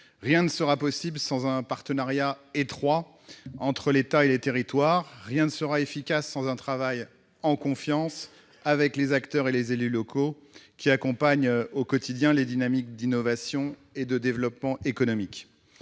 rien ne sera possible sans un partenariat étroit entre l'État et les territoires, rien ne sera efficace sans un travail en confiance avec les acteurs et les élus locaux, qui accompagnent au quotidien les dynamiques d'innovation et de développement économique.